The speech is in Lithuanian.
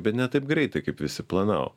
bet ne taip greitai kaip visi planavo